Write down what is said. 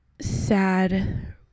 sad